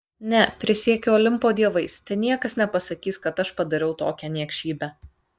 ne prisiekiu olimpo dievais te niekas nepasakys kad aš padariau tokią niekšybę